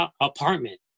apartment